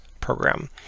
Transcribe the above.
Program